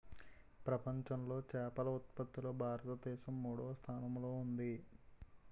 ప్రపంచంలో చేపల ఉత్పత్తిలో భారతదేశం మూడవ స్థానంలో ఉంది